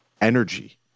energy